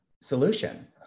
solution